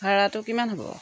ভাড়াটো কিমান হ'ব